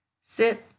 sit